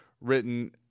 written